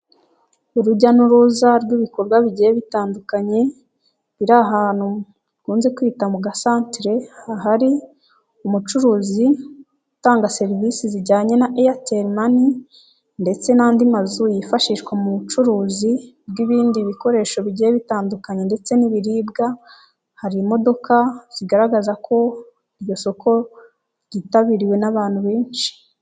Urujya n'uruza rw'ibikorwa bigiye bitandukanye biri ahantu bakunze kwita mu gasantere, hari umucuruzi utanga serivisi zijyanye na Airtel money ndetse n'andi mazu yifashishwa mu bucuruzi bw'ibindi bikoresho bigiye bitandukanye ndetse n'ibiribwa, hari imodoka zigaragaza ko iryo soko ryitabiriwe n'abantu benshi.